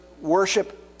Worship